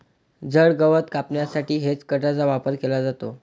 जड गवत कापण्यासाठी हेजकटरचा वापर केला जातो